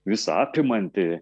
visa apimantį